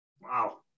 Wow